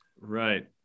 Right